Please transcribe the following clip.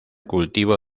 cultivo